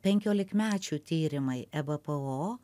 penkiolikmečių tyrimai ebpo